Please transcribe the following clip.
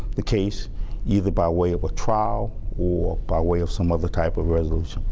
the case either by way of a trial war by way of some of the type of where those.